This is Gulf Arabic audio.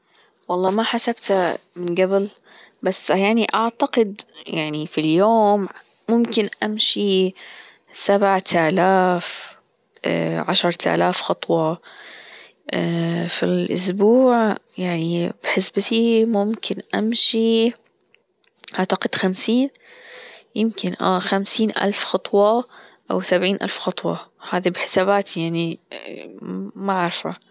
والله ما حسبتها من جبل بس يعني أعتقد يعني في اليوم ممكن أمشي سبعة تالاف ايه عشر تالاف خطوة ايه في الأسبوع بحسبتي ممكن أمشي أعتقد خمسين يمكن اه خمسين ألف خطوة أو سبعين ألف خطوة هذا بحساباتي يعني ما عارفة